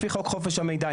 לפי חוק חופש המידע,